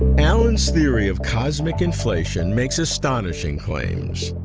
alan's theory of cosmic inflation makes astonishing claims.